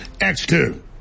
X2